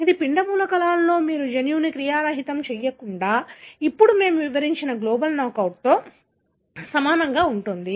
ఇది పిండ మూలకణాలలో మీరు జన్యువును క్రియారహితం చేయకుండా ఇప్పుడు మేము వివరించిన గ్లోబల్ నాకౌట్తో సమానంగా ఉంటుంది